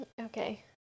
okay